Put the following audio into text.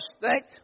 thank